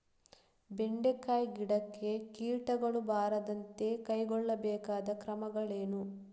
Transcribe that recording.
ಬೆಂಡೆಕಾಯಿ ಗಿಡಕ್ಕೆ ಕೀಟಗಳು ಬಾರದಂತೆ ಕೈಗೊಳ್ಳಬೇಕಾದ ಕ್ರಮಗಳೇನು?